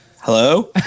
Hello